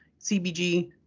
CBG